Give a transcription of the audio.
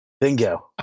Bingo